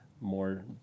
more